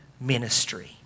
ministry